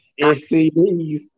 STDs